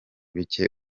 bike